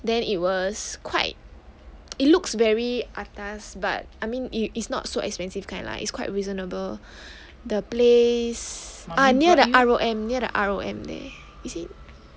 then it was quite it looks very atas but I mean it is not so expensive kind lah it's quite reasonable the place ah near the R_O_M near the R_O_M there is it